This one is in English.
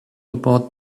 about